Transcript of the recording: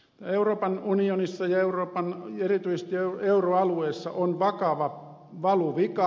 euroopan unionissa ja erityisesti euroalueella on vakava valuvika